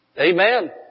Amen